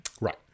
Right